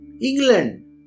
England